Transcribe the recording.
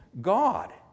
God